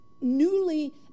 newly